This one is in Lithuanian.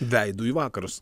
veidu į vakarus